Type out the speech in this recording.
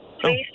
Please